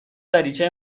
دریچه